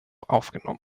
aufgenommen